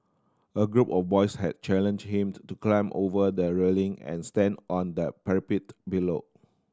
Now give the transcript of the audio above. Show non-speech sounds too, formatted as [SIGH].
a group of boys had challenged him [UNINTELLIGIBLE] to climb over the railing and stand on the parapet below